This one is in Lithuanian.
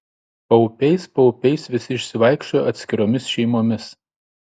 paupiais paupiais visi išsivaikščiojo atskiromis šeimomis